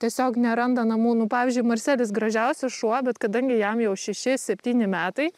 tiesiog neranda namų nu pavyzdžiui marselis gražiausias šuo bet kadangi jam jau šeši septyni metai